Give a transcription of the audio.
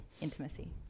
intimacy